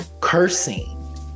cursing